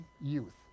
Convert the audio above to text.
youth